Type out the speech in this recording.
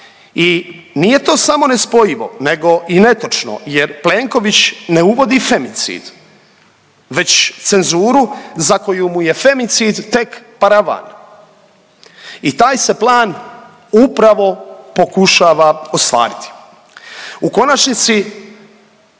I nije to samo nespojivo nego i netočno jer Plenković ne uvodi femicid već cenzuru za koju mu je femicid tek paravan. I taj se plan upravo pokušava ostvariti. U konačnici